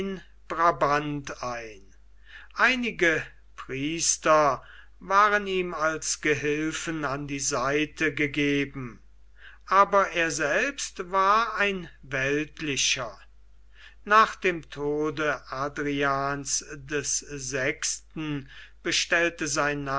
brabant ein einige priester waren ihm als gehilfen an die seite gegeben aber er selbst war ein weltlicher nach dem tode adrians des sechsten bestellte sein